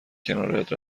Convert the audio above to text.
کنارت